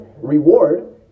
reward